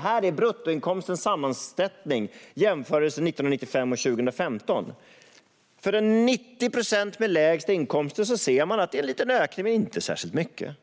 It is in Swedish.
Här är bruttoinkomstens sammansättning - det är en jämförelse mellan 1995 och 2015. För de 90 procent som har lägst inkomster ser man att det är en liten ökning - den är inte särskilt stor.